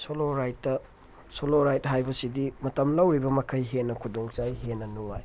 solo ꯔꯥꯏꯠꯇ ꯁꯣꯂꯣ ꯔꯥꯏꯠ ꯍꯥꯏꯕꯁꯤꯗꯤ ꯃꯇꯝ ꯂꯧꯔꯤꯕ ꯃꯈꯩ ꯍꯦꯟꯅ ꯈꯨꯗꯣꯡ ꯆꯥꯏ ꯍꯦꯟꯅ ꯅꯨꯡꯉꯥꯏ